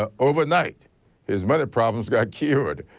ah overnight his mother problems got cured.